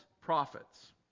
prophets